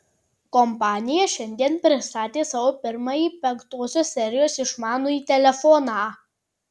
kompanija šiandien pristatė savo pirmąjį penktosios serijos išmanųjį telefoną